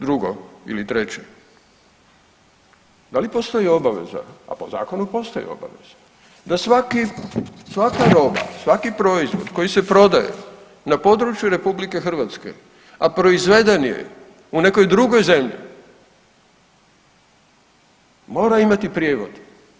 Drugo ili treće, da li postoji obaveza, a po zakonu postoji obaveza da svaki, svaka roba, svaki proizvod koji se prodaje na području RH, a proizveden je u nekoj drugoj zemlji, mora imati prijevod.